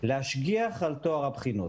להשגיח על טוהר הבחינות.